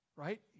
right